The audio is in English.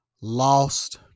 lost